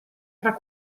tra